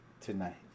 tonight